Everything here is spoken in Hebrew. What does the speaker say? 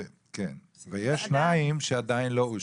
ויש שתיים שעדיין לא אושרו,